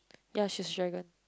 ya she's dragon